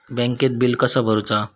बँकेत बिल कसा भरुचा?